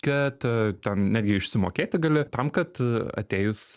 kad ten netgi išsimokėti gali tam kad atėjus